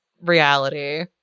reality